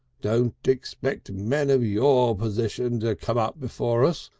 don't expect men of your position to come up before us.